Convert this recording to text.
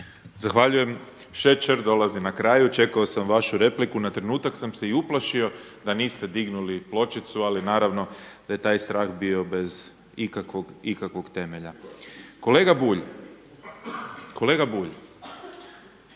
Zahvaljujem. Šećer dolazi na kraju. Čekao sam vašu repliku. Na trenutak sam se i uplašio da niste dignuli pločicu, ali naravno da je taj strah bio bez ikakvog temelja. Kolega Bulj, kolega Bulj,